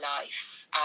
life